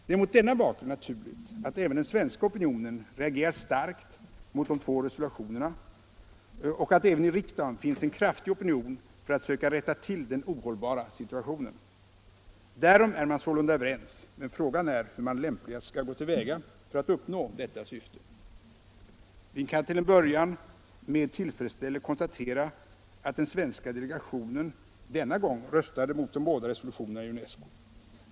Det är mot denna bakgrund naturligt att även den svenska opinionen reagerat starkt mot de två resolutionerna och att det även i riksdagen finns en kraftig opinion för att söka rätta till den ohållbara situationen. Därom är man sålunda överens, men frågan är hur man lämpligast skall gå till väga för att uppnå detta syfte. Vi kan till en början med tillfredsställelse konstatera att den svenska delegationen — denna gång — röstade mot de båda resolutionerna i UNES CO.